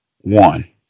One